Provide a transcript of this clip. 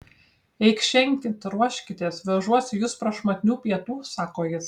eikšenkit ruoškitės vežuosi jus prašmatnių pietų sako jis